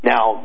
Now